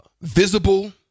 visible